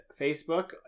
Facebook